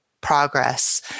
progress